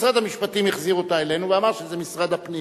משרד המשפטים החזיר אותה אלינו ואמר שזה משרד הפנים.